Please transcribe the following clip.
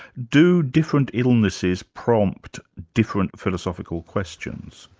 do different illnesses prompt different philosophical questions?